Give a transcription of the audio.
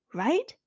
right